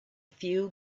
few